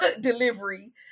delivery